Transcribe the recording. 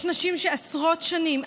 יש נשים שעשרות שנים,